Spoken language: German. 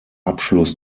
abschluss